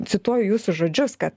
cituoju jūsų žodžius kad